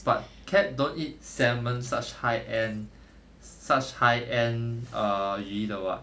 but cat don't eat salmon such high end such high end err 鱼的 [what]